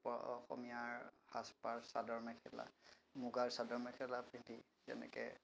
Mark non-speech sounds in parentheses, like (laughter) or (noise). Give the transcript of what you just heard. (unintelligible) অসমীয়াৰ সাজপাৰ চাদৰ মেখেলা মুগাৰ চাদৰ মেখেলা পিন্ধি তেনেকৈ